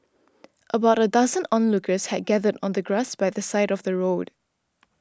about a dozen onlookers had gathered on the grass by the side of the road